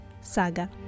Saga